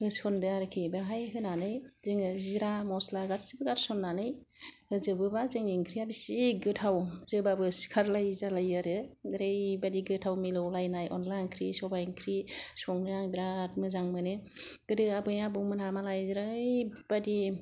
होसनदो आरोकि बेहाय होनानै जोंङो जिरा मसला गासिखौबो गारसननानै होजोबोबा जोंनि ओंख्रिआ बिसि गोथाव जोबाबो सिखार लायै जालायो आरो ओरैबायदि गोथाव मिलौलायनाय अनला ओंख्रि सबाइ ओंख्रि संनो आं बेराद मोजां मोनो गोदो आबै आबौ मोनहा मालाय ओरैबायदि